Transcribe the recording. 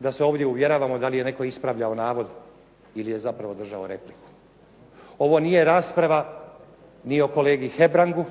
da se ovdje uvjeravamo da li je netko ispravljao navod ili je zapravo držao repliku. Ovo nije rasprava ni o kolegi Hebrangu